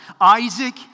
Isaac